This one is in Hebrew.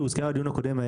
שאוזכר בדיון הקודם,